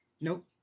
nope